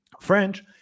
French